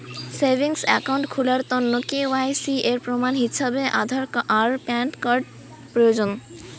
savings account খুলার তন্ন KYC এর প্রমাণ হিছাবে আধার আর প্যান কার্ড প্রয়োজন